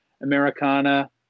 Americana